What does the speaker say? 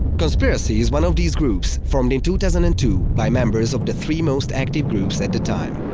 conspiracy is one of these groups, formed in two thousand and two by members of the three most active groups at the time.